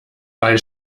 bei